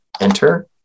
Enter